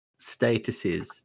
statuses